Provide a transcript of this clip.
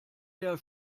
der